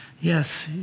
Yes